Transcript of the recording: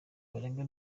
barenga